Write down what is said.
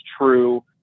true